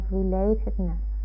relatedness